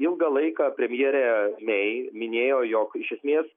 ilgą laiką premjerė mey minėjo jog iš esmės